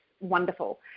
wonderful